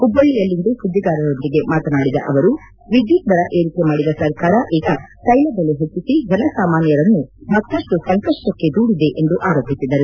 ಹುಬ್ಬಳ್ಳಿಯಲ್ಲಿಂದು ಸುದ್ದಿಗಾರರೊಂದಿಗೆ ಮಾತನಾಡಿದ ಅವರು ವಿದ್ಯುತ್ ದರ ಏರಿಕೆ ಮಾಡಿದ ಸರ್ಕಾರ ಈಗ ತೈಲ ಬೆಲೆ ಹೆಚ್ಚಿಸಿ ಜನ ಸಾಮಾನ್ವರನ್ನು ಮತ್ತಪ್ಪು ಸಂಕಪ್ಪಕ್ಕೆ ದೂಡಿದೆ ಎಂದು ಆರೋಪಿಸಿದರು